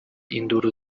induru